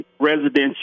residential